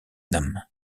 nam